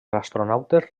astronautes